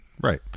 right